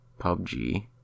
PUBG